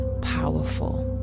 powerful